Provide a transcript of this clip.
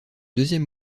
deuxième